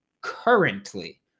currently